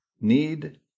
need